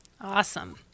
Awesome